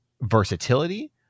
versatility